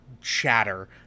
chatter